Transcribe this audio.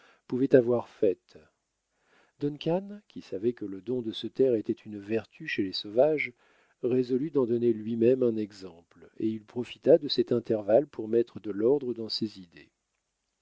pouvait avoir faite duncan qui savait que le don de se taire était une vertu chez les sauvages résolut d'en donner lui-même un exemple et il profita de cet intervalle pour mettre de l'ordre dans ses idées